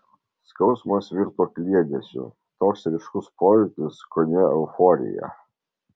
skausmas virto kliedesiu toks ryškus pojūtis kone euforija